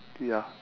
ya